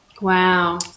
Wow